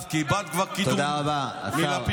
תודה רבה, השר.